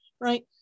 Right